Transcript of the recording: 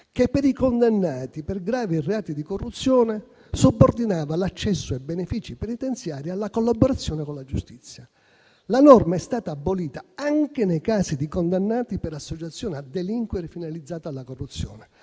che, per i condannati per gravi reati di corruzione, subordinava l'accesso ai benefici penitenziari alla collaborazione con la giustizia. La norma è stata abolita anche nei casi di condannati per associazione a delinquere finalizzata alla corruzione.